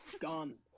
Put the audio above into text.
gone